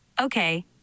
Okay